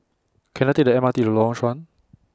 Can I Take The M R T to Lorong Chuan